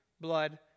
blood